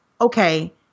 okay